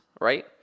right